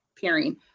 pairing